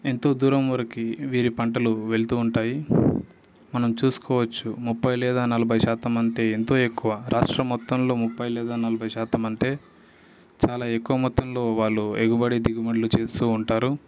ఎంతో దూరం వరకి వీరి పంటలు వెళ్తూ ఉంటాయి మనం చూసుకోవచ్చు ముప్పై లేదా నలభై శాతం అంటే ఎంతో ఎక్కువ రాష్ట్రం మొత్తంలో ముప్పై లేదా నలభై శాతం అంటే చాలా ఎక్కువ మొత్తంలో వాళ్ళు ఎగబడి దిగుమడుగు చేస్తూ ఉంటారు